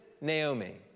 Naomi